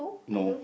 no